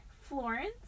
Florence